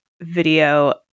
video